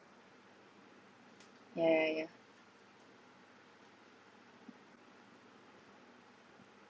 yeah yeah yeah